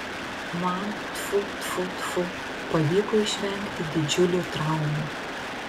man tfu tfu tfu pavyko išvengti didžiulių traumų